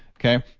okay.